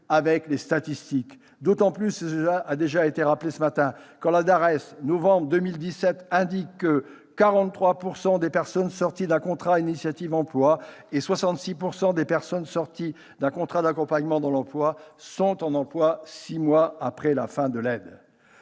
avec les statistiques. D'autant plus quand la DARES, en novembre dernier, indique que 43 % des personnes sorties d'un contrat initiative emploi et 66 % des personnes sorties d'un contrat d'accompagnement dans l'emploi sont en emploi six mois après la fin de l'aide.